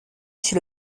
chez